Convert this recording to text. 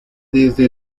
desde